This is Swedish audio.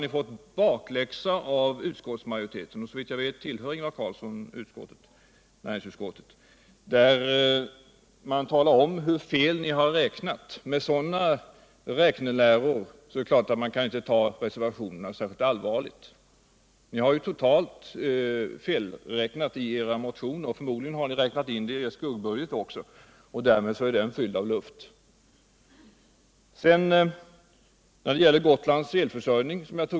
I ena fallet fick ni bakläxa av utskottsmajoriteten — och såvitt jag vet tullhör Ingvar Carlsson näringsutskottet — som talar om hur fel ni räknat. Med sådana räkneläror kan man inte ta reservationerna särskilt allvarligt. Det var ju totalt felberäknat i era motioner. Förmodligen har ni räknat in detta i er skuggbudget också, och därmed är den fylld av luft. Jag tog upp Gotlands elförsörjning.